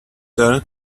sir